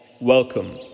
Welcome